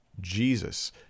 Jesus